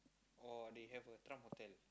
or they have a trump hotel